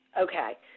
Okay